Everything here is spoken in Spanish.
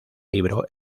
libro